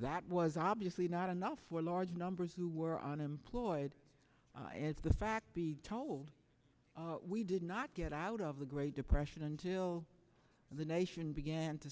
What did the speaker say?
that was obviously not enough for large numbers who were unemployed as the fact be told we did not get out of the great depression until the nation began to